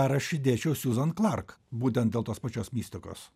ar aš įdėčiau siuzan klark būtent dėl tos pačios mistikos